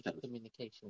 communication